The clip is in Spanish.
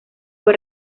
fue